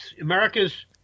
America's